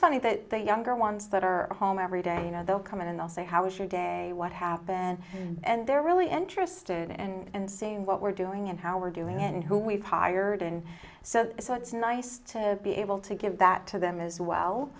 funny that the younger ones that are home every day you know they'll come in and i'll say how's your day what happened and they're really interested and saying what we're doing and how we're doing and who we've hired and so it's nice to be able to give that to them as well